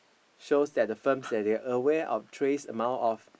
shows that the firms that they aware of trace amounts of